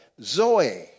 zoe